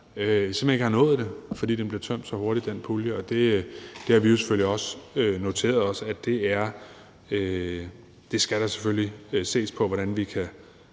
simpelt hen ikke har nået det, fordi den pulje blev tømt så hurtigt, og vi har jo selvfølgelig også noteret os, at der skal ses på, hvordan vi kan